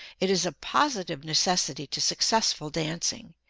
it is a positive necessity to successful dancing,